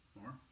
More